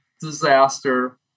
disaster